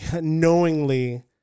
knowingly